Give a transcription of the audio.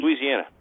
Louisiana